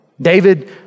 David